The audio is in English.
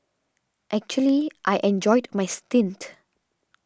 actually I enjoyed my stint